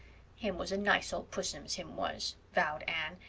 him was a nice old pussens, him was, vowed anne,